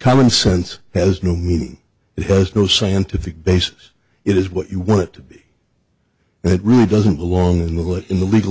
common sense has no meaning it has no scientific basis it is what you want it to be and it really doesn't belong in the le